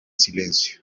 silencio